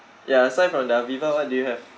ya aside from the aviva what do you have